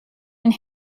and